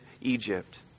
Egypt